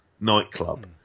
nightclub